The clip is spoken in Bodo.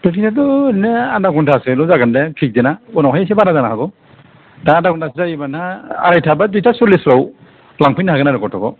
फ्रेकथिसाथ ओरैनो आदा घण्टासो ल'जागोन दा उनाव हायसो एसे बारा जानो हागौ दा आदा घन्टासो जायोबा आरायथा बा दुयथा सललिसाव लांफैनो हागोन आरो गथ'खौ